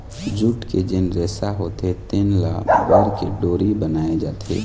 jute के जेन रेसा होथे तेन ल बर के डोरी बनाए जाथे